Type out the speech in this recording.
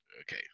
Okay